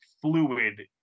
fluid